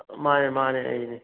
ꯃꯥꯅꯦ ꯃꯥꯅꯦ ꯑꯩꯅꯦ